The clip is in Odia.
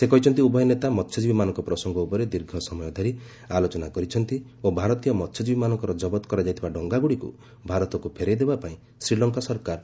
ସେ କହିଛନ୍ତି ଉଭୟ ନେତା ମସ୍ୟଜୀବୀମାନଙ୍କ ପ୍ରସଙ୍ଗ ଉପରେ ଦୀର୍ଘ ସମୟ ଧରି ଆଲୋଚନା କରିଛନ୍ତି ଓ ଭାରତୀୟ ମହ୍ୟଜୀବୀମାନଙ୍କର ଜବତ କରାଯାଇଥିବା ଡଙ୍ଗାଗୁଡ଼ିକୁ ଭାରତକୁ ଫେରାଇ ଦେବା ପାଇଁ ଶ୍ରୀଲଙ୍କା ସରକାର ପଦକ୍ଷେପ ନେବେ